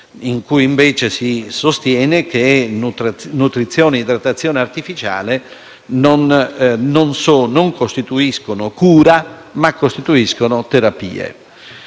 in cui invece si sostiene che nutrizione e idratazione artificiale costituiscono non cura, ma terapie.